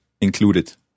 Included